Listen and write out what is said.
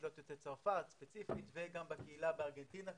בקהילות יוצאי צרפת ספציפית וגם בקהילה בארגנטינה.